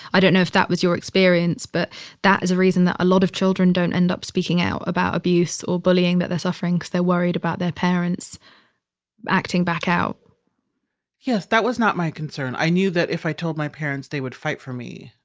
i don't know if that was your experience, but that is a reason that a lot of children don't end up speaking out about abuse or bullying that they're suffering cause they're worried about their parents acting back out yes. that was not my concern, i knew that if i told my parents, they would fight for me.